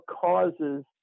causes